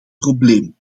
probleem